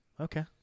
Okay